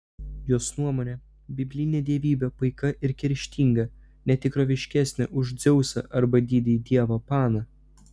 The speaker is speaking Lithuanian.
jos nuomone biblinė dievybė paika ir kerštinga ne tikroviškesnė už dzeusą arba didįjį dievą paną